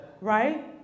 Right